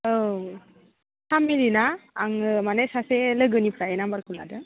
औ सामिलि ना आङो माने सासे लोगोनिफ्राय नाम्बारखौ लादों